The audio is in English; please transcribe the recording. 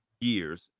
years